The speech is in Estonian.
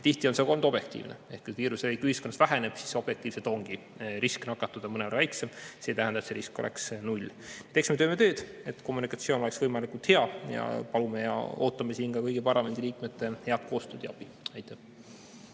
Tihti on see olnud objektiivne ehk kui viiruse levik ühiskonnas väheneb, siis objektiivselt ongi risk nakatuda mõnevõrra väiksem. See aga ei tähenda, et risk oleks null. Eks me teeme tööd, et kommunikatsioon oleks võimalikult hea, ning palume ja ootame ka kõigilt parlamendiliikmetelt head koostööd ja abi. Aitäh!